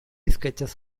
sketches